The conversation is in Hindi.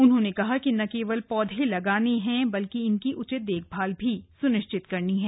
उन्होंने कहा कि न केवल पौधे लगाने हैं बल्कि इनकी उचित देखभाल भी सुनिश्चित करनी है